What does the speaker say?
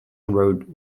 road